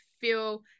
feel